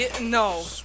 No